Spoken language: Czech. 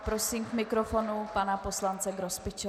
Prosím k mikrofonu pana poslance Grospiče.